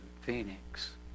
Phoenix